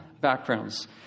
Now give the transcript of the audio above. backgrounds